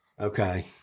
Okay